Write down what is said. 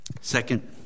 Second